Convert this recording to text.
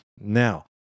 Now